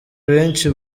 benshi